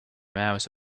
mouse